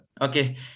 Okay